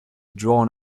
drawn